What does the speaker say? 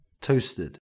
toasted